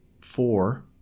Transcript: four